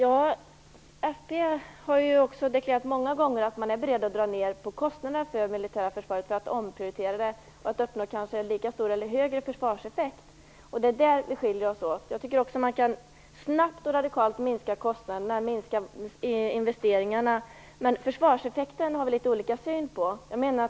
Fru talman! Folkpartiet har många gånger deklarerat att man är beredd att dra ned på kostnaderna för det militära försvaret och omprioritera för att uppnå en lika stor eller högre försvarseffekt. Där skiljer vi oss åt. Vi tycker att man snabbt och radikalt kan minska kostnaderna och investeringarna, men försvarseffekten har vi litet olika syn på.